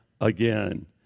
again